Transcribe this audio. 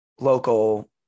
local